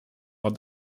are